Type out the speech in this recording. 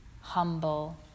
humble